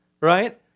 right